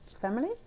family